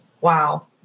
Wow